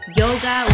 yoga